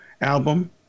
album